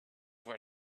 were